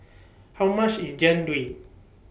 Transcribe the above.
How much IS Jian Dui